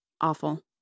Awful